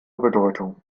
bedeutung